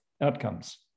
outcomes